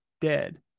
dead